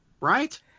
Right